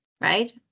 right